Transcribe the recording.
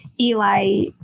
Eli